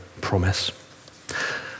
promise